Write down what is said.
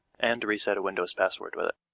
and reset a windows password with it.